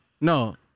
No